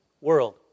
world